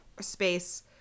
space